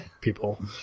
people